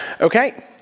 Okay